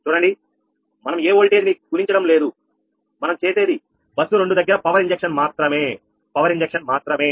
చూడండి మనం ఏ ఓల్టేజ్ ని గుణించడం లేదు మనం చేసేది బస్సు రెండు దగ్గర పవర్ ఇంజక్షన్ మాత్రమే